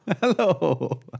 Hello